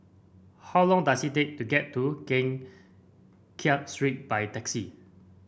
how long does it take to get to Keng Kiat Street by taxi